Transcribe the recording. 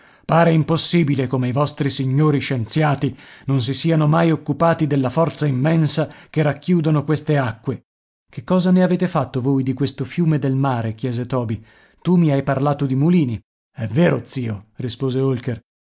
pare impossibile come i vostri signori scienziati non si siano mai occupati della forza immensa che racchiudono queste acque che cosa ne avete fatto voi di questo fiume del mare chiese toby tu mi hai parlato di mulini è vero zio rispose holker